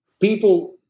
people